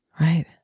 Right